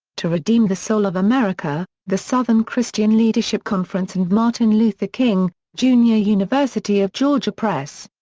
to redeem the soul of america the southern christian leadership conference and martin luther king, jr. university of georgia press.